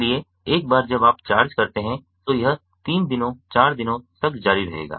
इसलिए एक बार जब आप चार्ज करते हैं तो यह तीन दिनों चार दिन तक जारी रहेगा